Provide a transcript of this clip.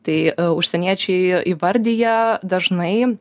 tai užsieniečiai įvardija dažnai